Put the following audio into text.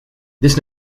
this